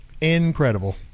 incredible